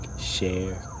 share